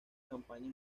campañas